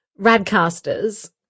Radcasters